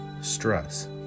stress